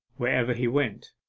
wherever he went,